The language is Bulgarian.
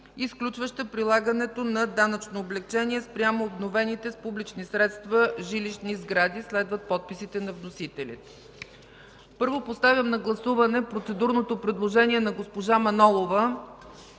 изключваща прилагането на данъчно облекчение спрямо обновените с публични средства жилищни сгради.” Следват подписите на вносителите. Първо, поставям на гласуване процедурното предложение на госпожа Манолова,